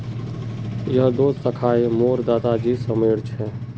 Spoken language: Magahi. यह दो शाखए मोर दादा जी समयर छे